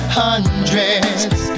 hundreds